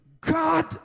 God